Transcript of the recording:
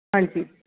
ਹਾਂਜੀ